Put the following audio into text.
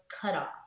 cutoff